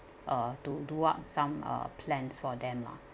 uh to do up some uh plans for them lah